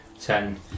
Ten